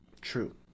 True